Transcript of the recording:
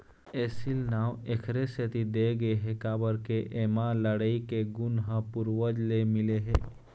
एसील नांव एखरे सेती दे गे हे काबर के एमा लड़ई के गुन ह पूरवज ले मिले हे